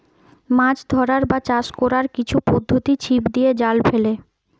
মাছ ধরার বা চাষ কোরার কিছু পদ্ধোতি ছিপ দিয়ে, জাল ফেলে